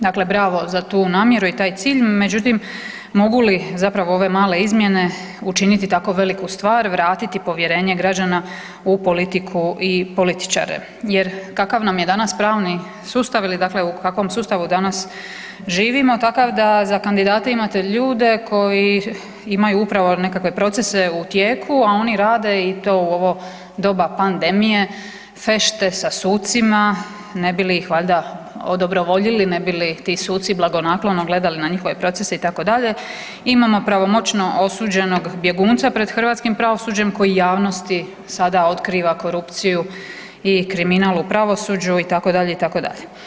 Dakle, bravo za tu namjeru i za taj cilj, međutim mogu li zapravo ove male izmjene učiniti tako veliku stvar, vratiti povjerenje građana u politiku i političare jer kakav nam je danas pravni sustav ili u kakvom sustavu danas živimo, takav da za kandidate imate ljude koji imaju upravo nekakve procese u tijeku, a oni rade i to u ovo doba pandemije fešte sa sucima, ne bi li ih valjda odobrovoljili, ne bi li ti suci blagonaklono gledali na njihove procese, itd., imamo pravomoćno osuđenog bjegunca pred hrvatskim pravosuđem koji javnosti sada otkriva korupciju i kriminal u pravosuđu, itd., itd.